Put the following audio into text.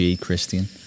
Christian